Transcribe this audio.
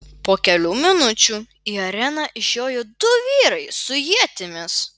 po kelių minučių į areną išjoja du vyrai su ietimis